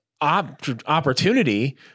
opportunity